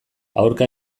aurka